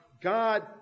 God